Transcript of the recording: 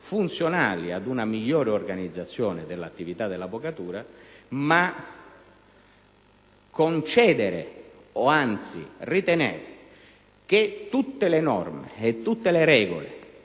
funzionali ad una migliore organizzazione dell'attività dell'avvocatura; ma concedere o, anzi, ritenere che tutte le norme e tutte le regole